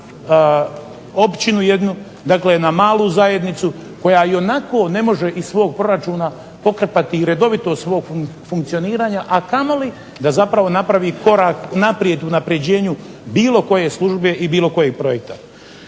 na općinu jednu, dakle na malu zajednicu koja ionako ne može iz svog proračuna pokrpati i redovitog svog funkcioniranja, a kamoli da zapravo napravi korak naprijed unapređenju bilo koje službe i bilo kojeg projekta.